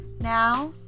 Now